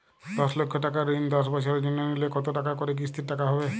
দশ লক্ষ টাকার ঋণ দশ বছরের জন্য নিলে কতো টাকা করে কিস্তির টাকা হবে?